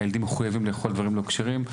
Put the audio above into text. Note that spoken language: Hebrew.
הילדים מחויבים לאכול דברים לא כשרים,